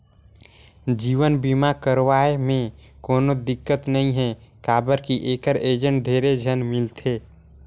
जीवन बीमा करवाये मे कोनो दिक्कत नइ हे काबर की ऐखर एजेंट ढेरे झन मिलथे